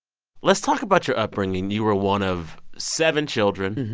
let's talk about your upbringing. you were one of seven children,